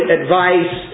advice